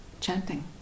chanting